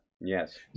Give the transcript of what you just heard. Yes